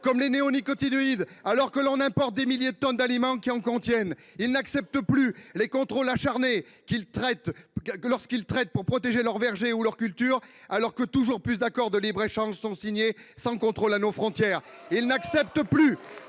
celle des néonicotinoïdes, alors que l’on importe des milliers de tonnes d’aliments qui en contiennent ! Ils n’acceptent plus les contrôles acharnés lorsqu’ils traitent pour protéger leurs vergers ou leurs cultures, alors que sont signés toujours plus d’accords de libre échange, sans contrôle à nos frontières ! Qui les